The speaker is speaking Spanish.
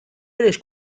eres